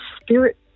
spirit